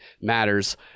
matters